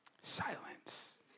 Silence